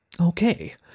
Okay